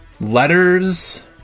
Letters